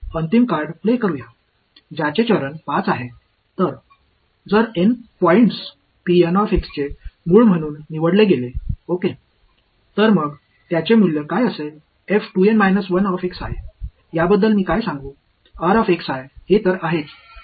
எனவே இந்த பையனின் ஒருங்கிணைப்பை நான் விரும்பினேன் வேறு சில செயல்பாடுகளின் மதிப்பை எப்படியாவது விட்டுவிட்டேன்